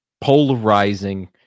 polarizing